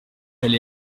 elle